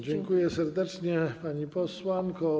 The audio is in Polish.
Dziękuję serdecznie, pani posłanko.